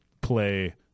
play